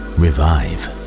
revive